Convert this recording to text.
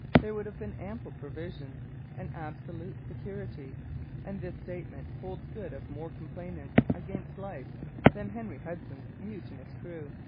there would have been ample provisions and absolute security and this statement holds good of more complainants against life than henry hudson's mutinous crew.